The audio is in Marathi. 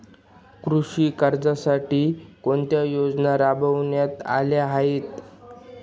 कृषी कर्जासाठी कोणत्या योजना राबविण्यात आल्या आहेत?